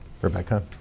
Rebecca